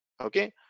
okay